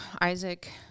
Isaac